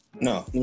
No